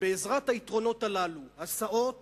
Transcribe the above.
ובעזרת היתרונות הללו, הסעות